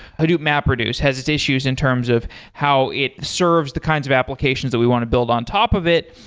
hadoop mapreduce has its issues in terms of how it serves the kinds of applications that we want to build on top of it.